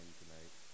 tonight